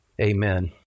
Amen